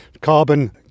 carbon